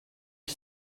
que